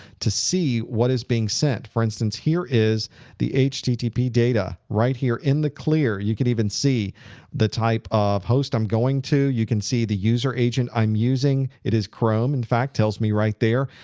to see what is being sent. for instance, here is the http data right here in the clear. you could even see the type of host i'm going to. you can see the user agent i'm using. it is chrome. in fact, tells me right there.